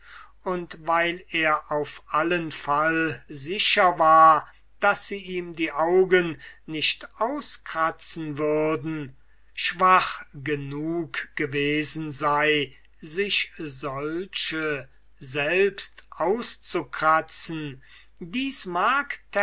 und weil er auf allen fall sicher war daß sie ihm die augen nicht auskratzen würden schwach genug gewesen sei sich solche selbst auszukratzen